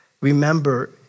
remember